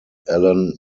alan